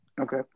Okay